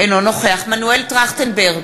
אינו נוכח מנואל טרכטנברג,